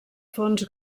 fons